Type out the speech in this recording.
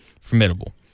formidable